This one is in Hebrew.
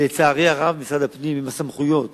לצערי הרב, משרד הפנים, בסמכויות